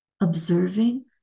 observing